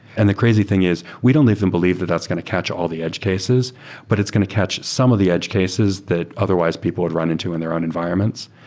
and the crazy thing is we don't even believe that that's going to catch all the edge cases but it's going to catch some of the edge cases that otherwise people would run into in their own environments.